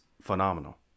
phenomenal